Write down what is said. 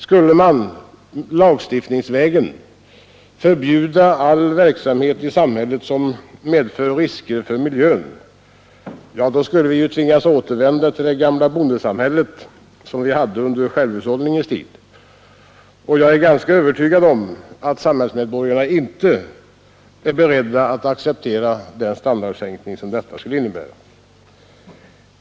Skulle man lagstiftningsvägen förbjuda all verksamhet i samhället som innebär miljörisker — ja, då skulle vi tvingas återvända till det gamla bondesamhället under självhushållningens tid. Jag är ganska övertygad om att medborgarna inte är beredda att acceptera den standardsänkning som detta skulle innebära.